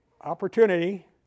opportunity